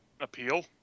appeal